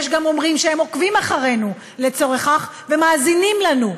יש גם אומרים שהם עוקבים אחרינו לצורך זה ומאזינים לנו,